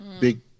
big